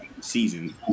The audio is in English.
season